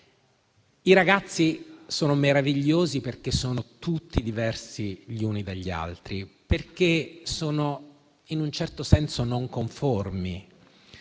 i ragazzi sono meravigliosi perché sono tutti diversi gli uni dagli altri, perché sono in un certo senso non conformi,